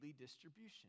distribution